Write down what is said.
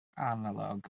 analog